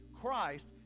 Christ